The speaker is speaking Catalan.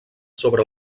sobre